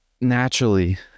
naturally